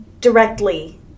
directly